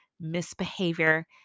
misbehavior